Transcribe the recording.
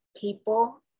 people